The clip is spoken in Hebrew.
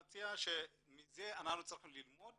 מזה אנחנו צריכים ללמוד